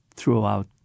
Throughout